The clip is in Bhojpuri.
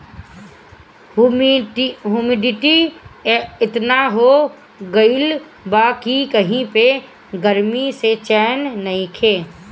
हुमिडिटी एतना हो गइल बा कि कही पे गरमी से चैन नइखे